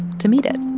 to meet it,